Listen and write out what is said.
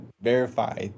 verify